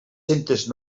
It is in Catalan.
centes